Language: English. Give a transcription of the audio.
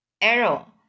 arrow